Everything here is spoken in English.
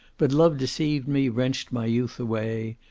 but love deceived me, wrenched my youth away,